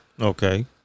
Okay